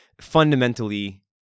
fundamentally